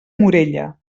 morella